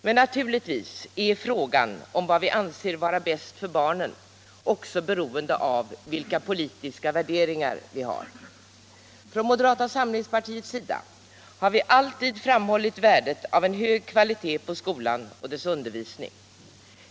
Men naturligtvis är frågan vad vi anser vara bäst för barnen också beroende av vilka politiska värderingar vi har. Från moderata samlingspartiets sida har vi 35 alltid framhållit värdet av hög kvalitet på skolan och dess undervisning.